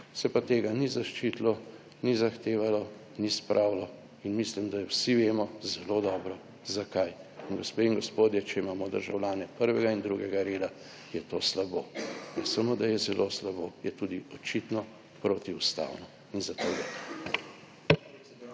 se pa tega ni zaščitilo, ni zahtevalo, ni spravilo. In mislim, da vsi vemo zelo dobro zakaj. In gospe in gospodje, če imamo državljane prvega in drugega reda, je to slabo. Ne samo da je zelo slabo, je tudi očitno protiustavno. In za to gre.